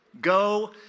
Go